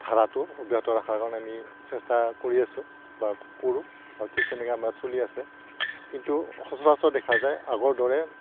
ধাৰাটো অব্যাহত ৰাখাৰ কাৰণে আমি চেষ্টা কৰি আছোঁ বা কৰোঁ আৰু ঠিক তেনেকৈ আমাৰ চলি আছে কিন্তু সচৰাচৰ দেখা যায় আগৰ দৰে